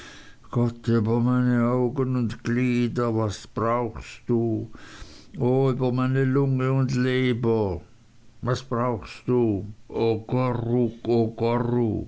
gott über meine augen ünd glieder was brauchst du o über meine lunge ünd leber was brauchst du o